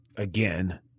again